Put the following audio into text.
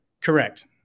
correct